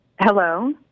Hello